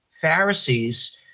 Pharisees